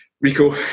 Rico